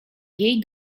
jej